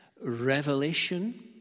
revelation